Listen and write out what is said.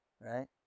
Right